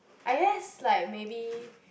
I guess like maybe